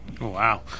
Wow